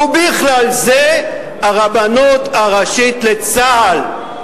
ובכלל זה הרבנות הראשית לצה"ל,